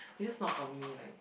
it's just not for me like